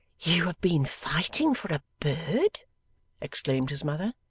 you have been fighting for a bird exclaimed his mother.